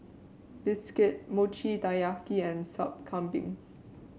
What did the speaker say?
bistake Mochi Taiyaki and Sup Kambing